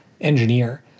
engineer